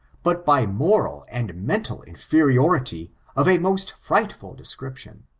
but by moral and menial inferiority of a most frightful description.